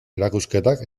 erakusketak